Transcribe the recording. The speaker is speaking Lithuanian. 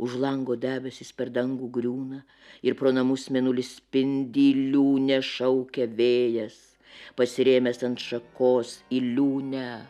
už lango debesys per dangų griūna ir pro namus mėnulis spindi liūne šaukia vėjas pasirėmęs ant šakos iliūne